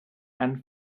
and